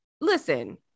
Listen